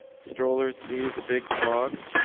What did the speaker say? stroller sees a big frog,